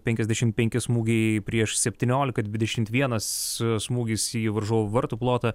penkiasdešimt penki smūgiai prieš septyniolika dvidešimt vienas smūgis į varžovų vartų plotą